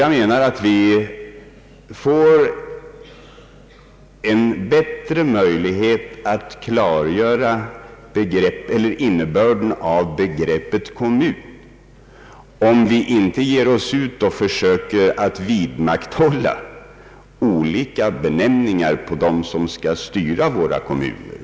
Jag anser ati vi får en bättre möjlighet att klargöra innebörden i begreppet kommun om vi inte försöker vidmakthålla olika benämningar på dem som skall styra våra kommuner.